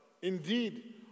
Indeed